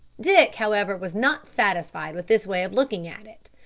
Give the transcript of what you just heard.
dick, however, was not satisfied with this way of looking at it.